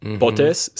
potes